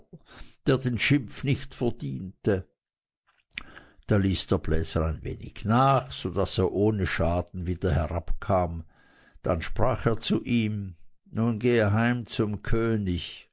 der den schimpf nicht verdiente da ließ der bläser ein wenig nach so daß er ohne schaden wieder herabkam dann sprach er zu ihm nun geh heim zum könig